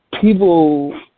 people